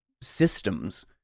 systems